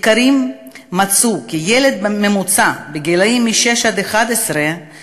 מחקרים מצאו כי ילד ממוצע בגילי 6 11 צופה